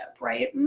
right